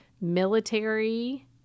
military